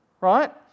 right